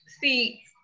see